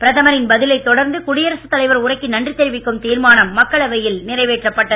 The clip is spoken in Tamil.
பிரதமரின் பதிலைத் தொடர்ந்து குடியரசுத் தலைவர் உரைக்கு நன்றி தெரிவிக்கும் தீர்மானம் மக்களவையில் நிறைவேற்றப் பட்டது